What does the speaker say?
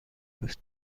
بود